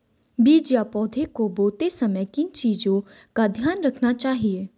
बीज या पौधे को बोते समय किन चीज़ों का ध्यान रखना चाहिए?